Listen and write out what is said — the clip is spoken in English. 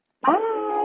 Bye